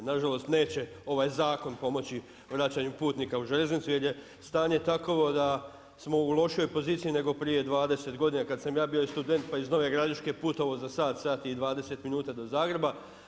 Na žalost neće ovaj zakon pomoći vraćanju putnika u željeznicu, jer je stanje takovo da smo u lošijoj poziciji nego prije 20 godina kad sam ja bio student pa iz Nove Gradiške putovao za sat, sat i 20 minuta do Zagreba.